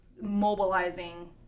mobilizing